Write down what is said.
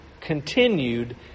continued